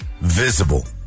visible